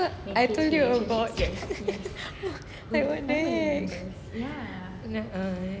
that's what I told you about like what the heck